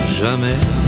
jamais